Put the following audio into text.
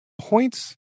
points